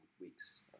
weeks